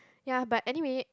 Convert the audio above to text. ya but anyway